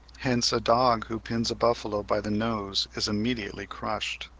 hence a dog who pins a buffalo by the nose is immediately crushed.